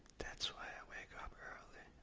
that's why i wake up early,